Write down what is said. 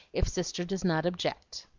if sister does not object.